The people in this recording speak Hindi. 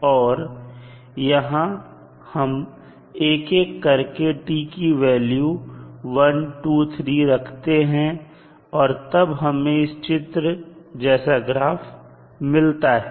और यहां हम एक एक करके t की वैल्यू 123 etc रखते हैं और तब हमें इस चित्र जैसा ग्राफ मिलता है